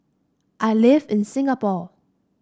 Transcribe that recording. I live in Singapore